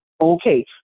Okay